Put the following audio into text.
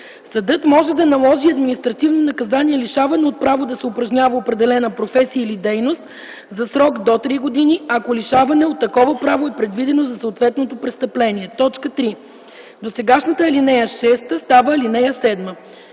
Съдът може да наложи административно наказание лишаване от право да се упражнява определена професия или дейност за срок до 3 години, ако лишаване от такова право е предвидено за съответното престъпление.” 3. Досегашната ал. 6 става ал. 7.”